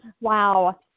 Wow